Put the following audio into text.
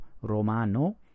Romano